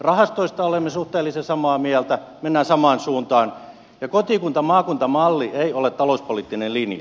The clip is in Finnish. rahastoista olemme suhteellisen samaa mieltä mennään samaan suuntaan ja kotikuntamaakunta malli ei ole talouspoliittinen linja